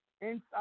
Inside